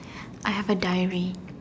I have a diary